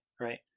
right